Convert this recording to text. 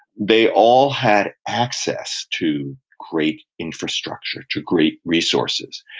they all had access to great infrastructure, to great resources,